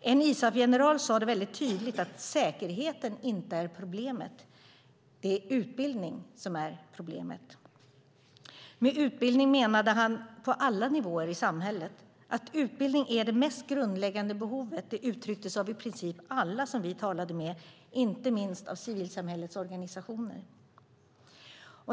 En ISAF-general sade det väldigt tydligt: Säkerheten är inte problemet; det är utbildning som är problemet. Han menade utbildning på alla nivåer i samhället. Att utbildning är det mest grundläggande behovet uttrycktes av i princip alla vi talade med, inte minst civilsamhällets organisationer.